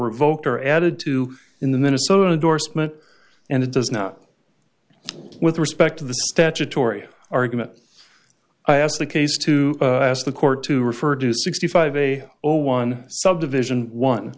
revoked or added to in the minnesota doris mut and it does not with respect to the statutory argument i ask the case to ask the court to refer to sixty five a or one subdivision one